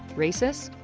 racist?